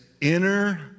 inner